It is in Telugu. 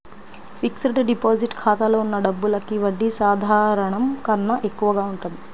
ఫిక్స్డ్ డిపాజిట్ ఖాతాలో ఉన్న డబ్బులకి వడ్డీ సాధారణం కన్నా ఎక్కువగా ఉంటుంది